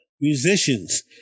Musicians